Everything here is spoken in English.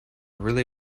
really